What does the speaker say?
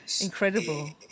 Incredible